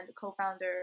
co-founder